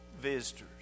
visitors